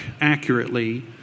accurately